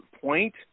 point